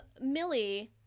Millie